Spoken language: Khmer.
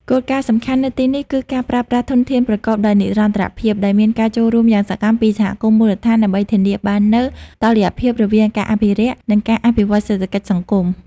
គោលការណ៍សំខាន់នៅទីនេះគឺការប្រើប្រាស់ធនធានប្រកបដោយនិរន្តរភាព ដោយមានការចូលរួមយ៉ាងសកម្មពីសហគមន៍មូលដ្ឋាន ដើម្បីធានាបាននូវតុល្យភាពរវាងការអភិរក្ស និងការអភិវឌ្ឍសេដ្ឋកិច្ចសង្គម។